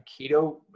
Keto